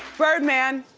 birdman,